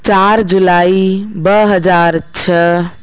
चारि जुलाई ब हज़ार छह